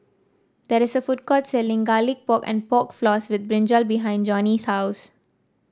there is a food court selling Garlic Pork and Pork Floss with brinjal behind Johny's house